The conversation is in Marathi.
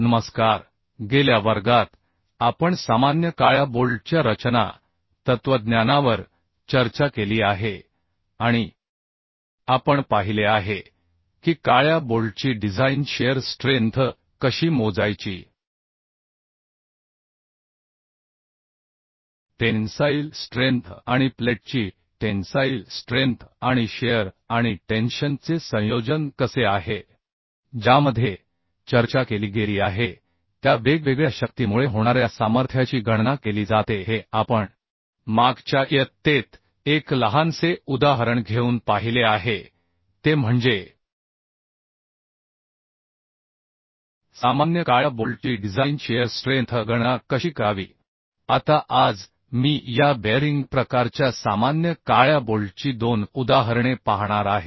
नमस्कार गेल्या वर्गात आपण सामान्य काळ्या बोल्टच्या रचना तत्त्वज्ञानावर चर्चा केली आहे आणि आपण पाहिले आहे की काळ्या बोल्टची डिझाइन शिअर स्ट्रेंथ कशी मोजायची टेन्साईल स्ट्रेंथ आणि प्लेटची टेन्साईल स्ट्रेंथ आणि शिअर आणि टेन्शन चे संयोजन कसे आहे ज्यामध्ये चर्चा केली गेली आहे त्या वेगवेगळ्या शक्तीमुळे होणाऱ्या सामर्थ्याची गणना केली जाते हे आपण मागच्या इयत्तेत एक लहानसे उदाहरण घेऊन पाहिले आहे ते म्हणजे सामान्य काळ्या बोल्टची डिझाइन शिअर स्ट्रेंथ गणना कशी करावी आता आज मी या बेअरिंग प्रकारच्या सामान्य काळ्या बोल्टची दोन उदाहरणे पाहणार आहे